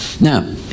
Now